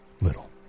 little